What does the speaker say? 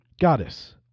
Goddess